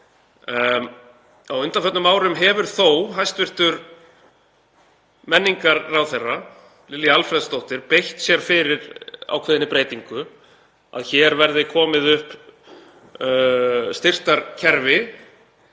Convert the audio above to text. Á undanförnum árum hefur þó hæstv. menningarráðherra, Lilja Alfreðsdóttir, beitt sér fyrir ákveðinni breytingu, að hér verði komið upp styrktarkerfi